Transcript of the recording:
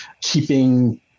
keeping